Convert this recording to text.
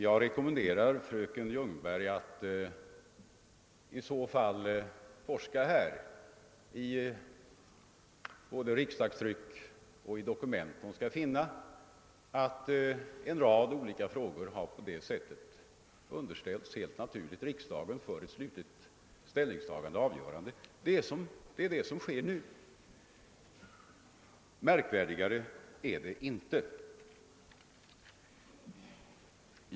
Jag rekommenderar fröken Ljungberg att forska i både riksdagstryck och dokument. Hon skall då finna att en rad olika frågor på det sättet har underställts riksdagen för slutligt ställningstagande och avgörande. Det är detta som sker nu — märkvärdigare är det inte.